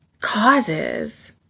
causes